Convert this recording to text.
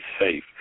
safe